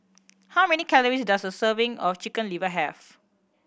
how many calories does a serving of Chicken Liver have